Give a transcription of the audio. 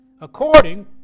According